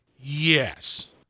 Yes